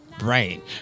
Right